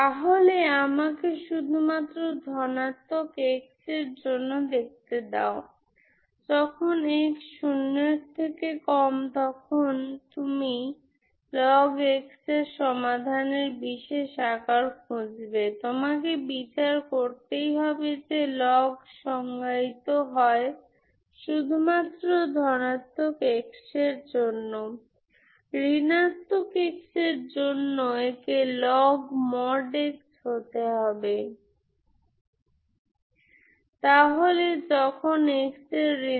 এ আমাকে দেয় c1ac2c1bc2 c2c2 বাতিল করুন সুতরাং এটি আমাকে দেবে c1 জিরো হতে হবে কারণ a এবং b আলাদা তাই c1 0 হতে হবে যদি আপনি এটি একই চান